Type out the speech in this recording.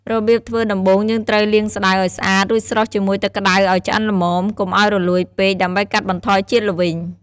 របៀបធ្វើដំបូងយើងត្រូវលាងស្តៅ ឲ្យស្អាត រួចស្រុះជាមួយទឹកក្តៅឲ្យឆ្អិនល្មម កុំឲ្យរលួយពេក ដើម្បីកាត់បន្ថយជាតិល្វីង។